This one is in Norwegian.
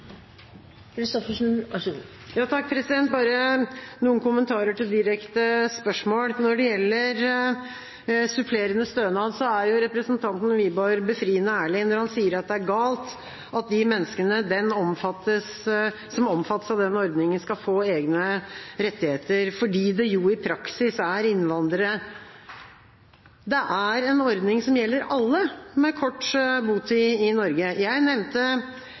Wiborg befriende ærlig når han sier at det er galt at de menneskene som omfattes av den ordningen, skal få egne rettigheter, fordi det i praksis er innvandrere. Det er en ordning som gjelder alle med kort botid i Norge. Jeg nevnte